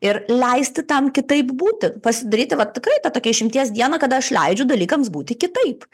ir leisti tam kitaip būti pasidaryti va tikrai tą tokią išimties dieną kada aš leidžiu dalykams būti kitaip